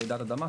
רעידת אדמה,